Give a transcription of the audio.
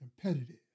competitive